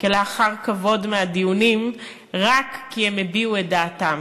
אחר כבוד מהדיונים רק כי הם הביעו את דעתם.